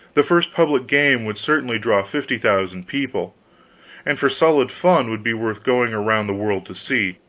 the first public game would certainly draw fifty thousand people and for solid fun would be worth going around the world to see.